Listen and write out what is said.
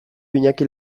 iñaki